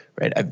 right